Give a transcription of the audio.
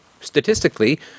statistically